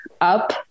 up